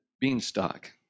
Beanstalk